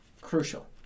crucial